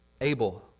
Abel